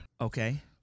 Okay